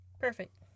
Perfect